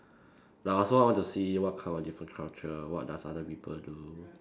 like I also want to see what kind of different culture what does other people do